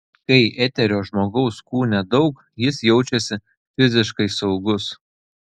kai eterio žmogaus kūne daug jis jaučiasi fiziškai saugus